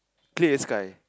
clear sky